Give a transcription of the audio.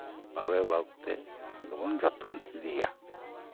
ᱵᱷᱟᱜᱮ ᱵᱷᱟᱵᱛᱮ ᱟᱫᱚᱵᱚᱱ ᱡᱚᱛᱚᱱ ᱤᱫᱤᱭᱟ